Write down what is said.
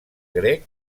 grec